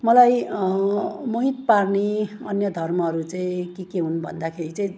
मलाई मोहित पार्ने अन्य धर्महरू चाहिँ के के हुन् भन्दाखेरि चाहिँ